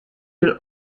will